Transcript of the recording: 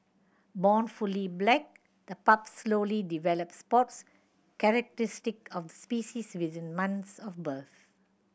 born fully black the pups slowly develop spots characteristic of the species within months of birth